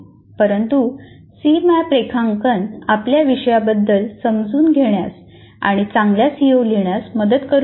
परंतु सीमॅप रेखांकन आपल्या विषयाबद्दल समजून घेण्यास आणि चांगल्या सीओ लिहिण्यास मदत करू शकते